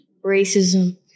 Racism